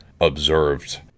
observed